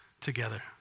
Together